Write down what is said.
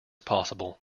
possible